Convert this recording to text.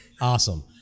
Awesome